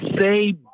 say